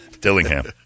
Dillingham